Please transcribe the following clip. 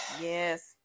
Yes